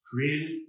created